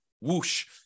whoosh